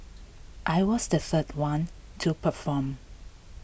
I was the third one to perform